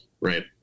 Right